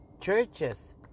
churches